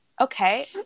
okay